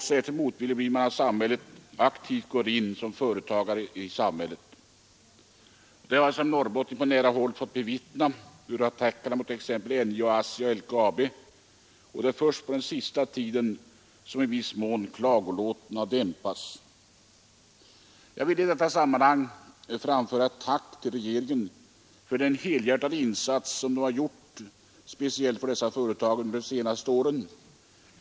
Särskilt motvillig blir man om samhället aktivt går in som företagare. Som norrbottning har jag på nära håll fått bevittna de många attackerna mot NJA, ASSI och LKAB. Det är först på senaste tiden som klagolåten i viss mån dämpats. Jag vill i detta sammanhang framföra ett tack till regeringen för den helhjärtade satsning den under de senaste åren gjort på dessa företag.